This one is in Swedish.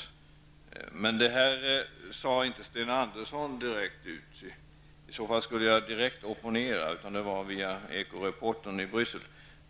Detta sade emellertid inte Sten Andersson rätt ut -- i så fall skulle jag direkt opponera mig --, utan den som sade det var Eko-reportern i Bryssel.